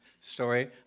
story